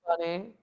funny